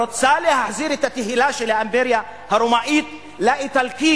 רצה להחזיר את התהילה של האימפריה הרומית לאיטלקים.